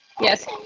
Yes